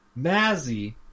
Mazzy